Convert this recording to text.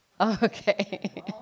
Okay